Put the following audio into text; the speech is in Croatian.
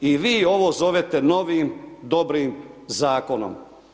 I vi ovo zovete novim dobrim zakonom.